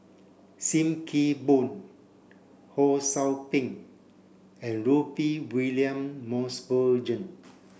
Sim Kee Boon Ho Sou Ping and Rudy William Mosbergen